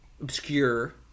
obscure